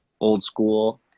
old-school